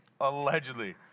Allegedly